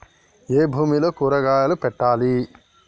ఏ భూమిలో కూరగాయలు పెట్టాలి?